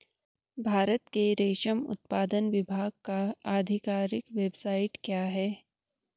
भारत के रेशम उत्पादन विभाग का आधिकारिक वेबसाइट क्या है?